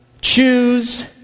choose